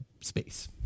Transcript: space